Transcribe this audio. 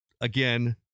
again